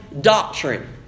doctrine